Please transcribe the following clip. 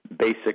basic